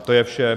To je vše.